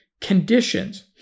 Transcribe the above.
conditions